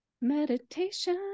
Meditation